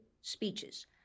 speeches